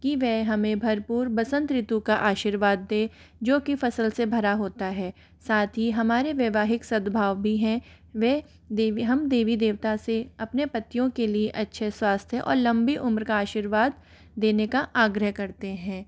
कि वह हमें भरपूर बसंत ऋतु का आशीर्वाद दें जो की फ़सल से भरा होता है साथ ही हमारे वैवाहिक सद्भाव भी हैं वे देवी हम देवी देवता से अपने पतियों के लिए अच्छे स्वास्थ्य और लंबी उम्र का आशीर्वाद देने का आग्रह करते हैं